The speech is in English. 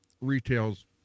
retails